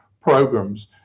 programs